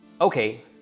Okay